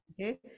okay